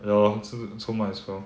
ya lor s~ so might as well